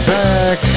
back